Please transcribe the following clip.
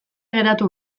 geratu